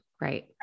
Right